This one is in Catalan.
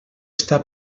està